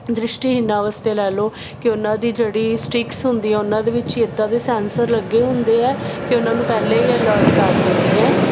ਦ੍ਰਿਸ਼ਟੀਹੀਨ ਵਾਸਤੇ ਲੈ ਲਓ ਕਿ ਉਹਨਾਂ ਦੀ ਜਿਹੜੀ ਸਟ੍ਰਿਕਸ ਹੁੰਦੀ ਹ ਉਹਨਾਂ ਦੇ ਵਿੱਚ ਇਦਾਂ ਦੇ ਸੈਂਸਰ ਲੱਗੇ ਹੁੰਦੇ ਆ ਕਿ ਉਹਨਾਂ ਨੂੰ ਪਹਿਲੇ ਅਲਰਟ ਕਰ ਦਿੰਦੀਆਂ